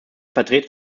vertreter